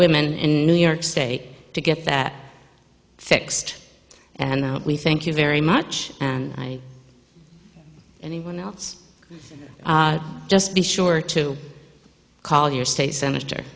women in new york state to get that fixed and we thank you very much and i anyone else just be sure to call your state senator